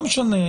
לא משנה,